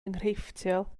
enghreifftiol